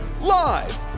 Live